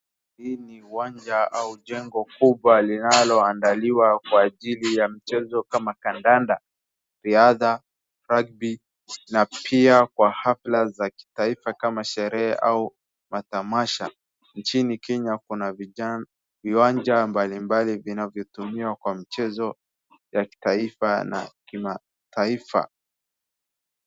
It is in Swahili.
Huu ni uwanja au jengo kubwa linaloandaliwa kwa ajili ya mchezo kama kandanda, ridha, rugby na pia kwa hafla za kitaifa kama sherehe au matamasha nchini Kenya kuna vijana, viwanja mbalimbali zinzotumiwa kwa michezo ya kitaifa na kimataifa.